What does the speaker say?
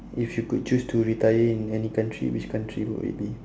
if you could choose to retire in any country which country would it be